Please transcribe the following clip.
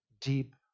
deep